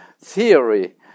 theory